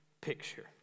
picture